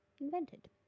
invented